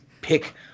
pick